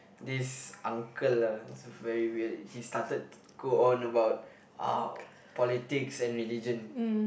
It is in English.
this uncle lah is very weird he started go on about ah politics and religion